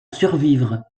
survivre